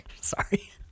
Sorry